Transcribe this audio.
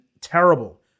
terrible